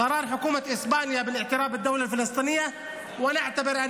בן גביר נכשל בטיפול באלימות ובפשיעה.